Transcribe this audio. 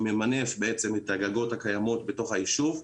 שממנף את הגגות הקיימים בתוך היישוב.